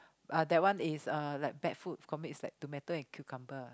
uh that one is uh like bad food got mix like tomato and cucumber